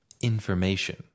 information